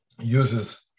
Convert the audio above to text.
uses